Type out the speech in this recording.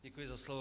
Děkuji za slovo.